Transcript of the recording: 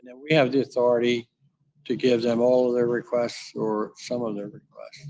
and we have the authority to give them all of their requests or some of their requests.